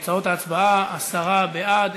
תוצאות ההצבעה: עשרה בעד,